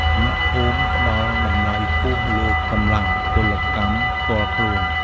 អ្នកភូមិផ្ដល់តម្លៃខ្ពស់លើកម្លាំងពលកម្មផ្ទាល់ខ្លួន។